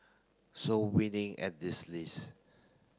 so winning at this list